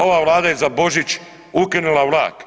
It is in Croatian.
Ova vlada je za Božić ukinula vlak.